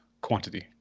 quantity